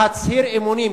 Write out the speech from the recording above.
שאתה מוכן להצהיר אמונים,